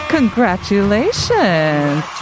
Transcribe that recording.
Congratulations